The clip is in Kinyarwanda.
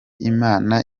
imana